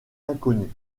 inconnu